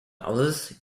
others